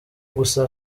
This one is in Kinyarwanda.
gusa